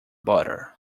butter